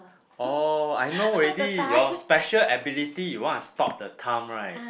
oh I know already your special ability you want to stop the time right